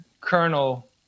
Colonel